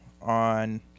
on